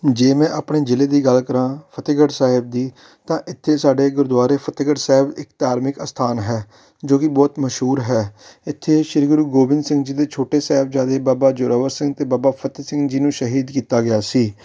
ਜੇ ਮੈਂ ਆਪਣੇ ਜ਼ਿਲ੍ਹੇ ਦੀ ਗੱਲ ਕਰਾਂ ਫਤਿਹਗੜ੍ਹ ਸਾਹਿਬ ਦੀ ਤਾਂ ਇੱਥੇ ਸਾਡੇ ਗੁਰਦੁਆਰੇ ਫਤਿਹਗੜ੍ਹ ਸਾਹਿਬ ਇੱਕ ਧਾਰਮਿਕ ਅਸਥਾਨ ਹੈ ਜੋ ਕਿ ਬਹੁਤ ਮਸ਼ਹੂਰ ਹੈ ਇੱਥੇ ਸ਼੍ਰੀ ਗੁਰੂ ਗੋਬਿੰਦ ਸਿੰਘ ਜੀ ਦੇ ਛੋਟੇ ਸਾਹਿਬਜ਼ਾਦੇ ਬਾਬਾ ਜ਼ੋਰਾਵਰ ਸਿੰਘ ਅਤੇ ਬਾਬਾ ਫਤਿਹ ਸਿੰਘ ਜੀ ਨੂੰ ਸ਼ਹੀਦ ਕੀਤਾ ਗਿਆ ਸੀ